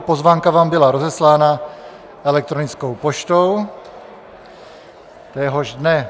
Pozvánka vám byla rozeslána elektronickou poštou téhož dne.